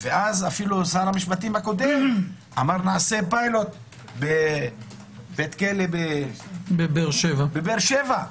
ואז שר המשפטים הקודם אמר: נעשה פילוט בבית כלא בבאר שבע.